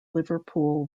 liverpool